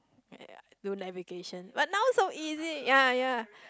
ya do navigation but now so easy ya ya